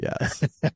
Yes